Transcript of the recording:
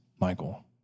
Michael